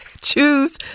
Choose